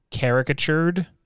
caricatured